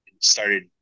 Started